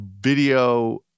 video